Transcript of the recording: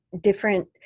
different